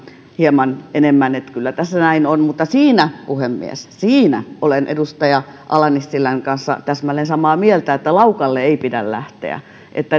hieman enemmän kyllä tässä näin on mutta puhemies siinä olen edustaja ala nissilän kanssa täsmälleen samaa mieltä että laukalle ei pidä lähteä